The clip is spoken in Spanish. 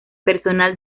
personal